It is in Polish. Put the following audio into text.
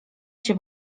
się